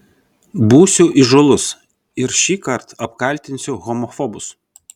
būsiu įžūlus ir šįkart apkaltinsiu homofobus